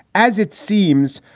as it seems,